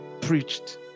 preached